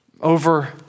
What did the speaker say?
over